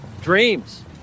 Dreams